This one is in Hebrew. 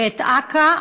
ואת אכ"א.